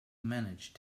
manage